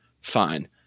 Fine